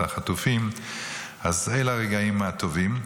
אלה הרגעים הטובים.